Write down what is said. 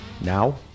Now